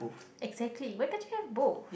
exactly why can't you have both